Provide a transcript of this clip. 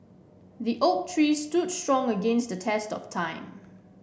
the oak tree stood strong against the test of time